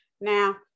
Now